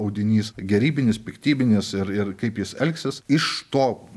audinys gerybinis piktybinis ir ir kaip jis elgsis iš to